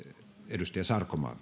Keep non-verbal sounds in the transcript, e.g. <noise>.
edustaja sarkomaa <unintelligible>